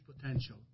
potential